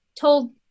told